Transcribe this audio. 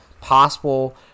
possible